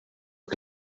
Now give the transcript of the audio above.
que